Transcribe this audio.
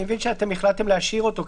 אני מבין שהחלטתם להשאיר אותו,